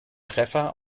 treffer